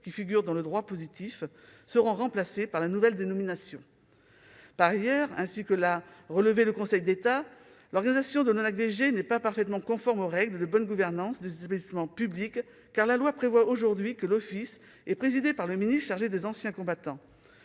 qui figurent dans le droit positif seront remplacées par la nouvelle dénomination. Par ailleurs, ainsi que l'a relevé le Conseil d'État, l'organisation de l'ONACVG n'est pas parfaitement conforme aux règles de bonne gouvernance des établissements publics, car la loi prévoit aujourd'hui que l'Office est présidé par le ministre chargé des anciens combattants.